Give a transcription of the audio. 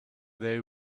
they